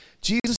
Jesus